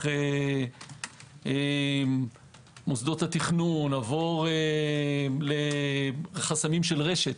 דרך מוסדות התכנון, עבור לחסמים של רשת.